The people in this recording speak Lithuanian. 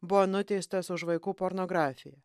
buvo nuteistas už vaikų pornografiją